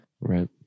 Right